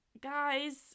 guys